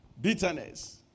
Bitterness